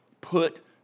put